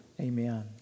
Amen